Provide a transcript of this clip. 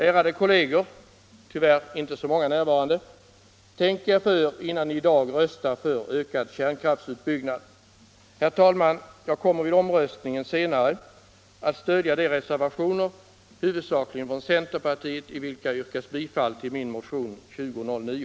Ärade kollegor — tyvärr är inte så många närvarande! Tänk er för innan ni röstar för ökad kärnkraftsutbyggnad! Herr talman! Jag kommer vid omröstningen att stödja de reservationer, huvudsakligen från centerpartiet, i vilka yrkas bifall till min motion nr 2009.